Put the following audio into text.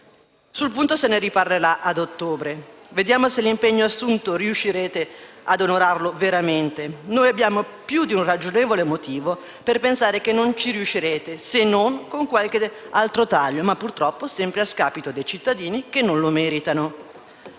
Sul punto se ne riparlerà a ottobre. Vediamo se l'impegno assunto riuscirete a onorare veramente. Noi abbiamo più di un ragionevole motivo per pensare che non ci riuscirete se non con qualche altro taglio, ma purtroppo sempre a scapito dei cittadini che non lo meritano.